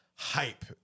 hype